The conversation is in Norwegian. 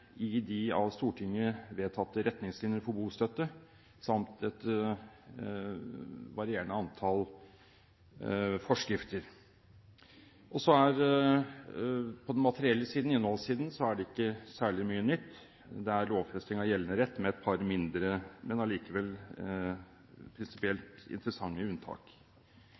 i de av Stortinget vedtatte retningslinjer for bostøtte samt et varierende antall forskrifter. På den materielle siden, innholdssiden, er det ikke særlig mye nytt. Det er lovfesting av gjeldende rett med et par mindre, men allikevel prinsipielt interessante, unntak.